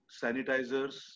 sanitizers